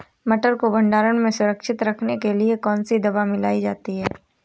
मटर को भंडारण में सुरक्षित रखने के लिए कौन सी दवा मिलाई जाती है?